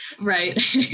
right